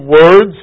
words